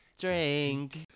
Drink